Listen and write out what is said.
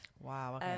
wow